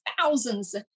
thousands